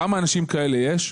כמה אנשים כאלה יש?